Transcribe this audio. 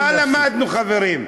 מה למדנו, חברים?